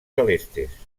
celestes